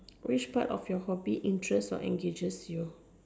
which part of your hobby interest or engages you